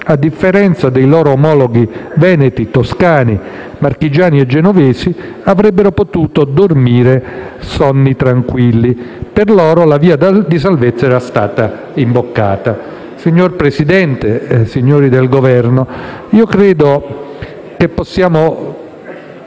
a differenza dei loro omologhi veneti, toscani, marchigiani e genovesi avrebbero potuto dormire sonni tranquilli. Per loro la via della salvezza era stata imboccata. Signor Presidente, signori del Governo, io credo che possiamo